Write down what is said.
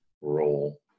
role